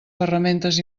ferramentes